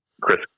Chris